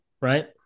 right